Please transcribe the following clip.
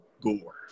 Gore